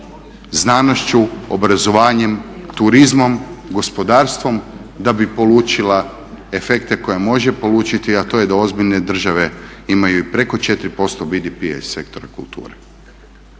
znanošću, obrazovanjem, turizmom, gospodarstvom da bi polučila efekte koje može polučiti a to je da ozbiljne države imaju i preko 4% BDP-a iz sektora kulture.